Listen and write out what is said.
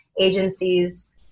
agencies